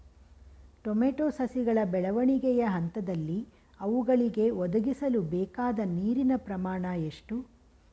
Tomato ಸಸಿಗಳ ಬೆಳವಣಿಗೆಯ ಹಂತದಲ್ಲಿ ಅವುಗಳಿಗೆ ಒದಗಿಸಲುಬೇಕಾದ ನೀರಿನ ಪ್ರಮಾಣ ಎಷ್ಟು?